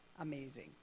amazing